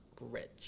rich